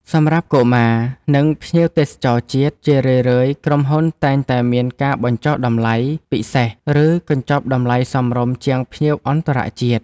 សម្រាប់កុមារ និងភ្ញៀវទេសចរជាតិ ជារឿយៗក្រុមហ៊ុនតែងតែមានការបញ្ចុះតម្លៃពិសេស ឬកញ្ចប់តម្លៃសមរម្យជាងភ្ញៀវអន្តរជាតិ។